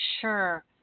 sure